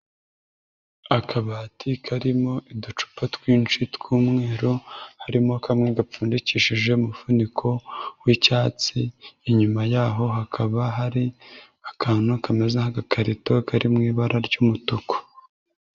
Akabati karimo uducupa twinshi tw'umweru harimo kamwe gapfundikishije umufuniko w'icyatsi, inyuma y'aho hakaba hari akantu kameze nk'agakarito kari mu ibara ry'umutuku.